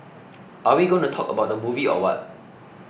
are we going to talk about the movie or what